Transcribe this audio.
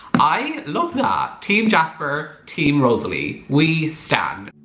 i love that! team jasper team rosalee we stan!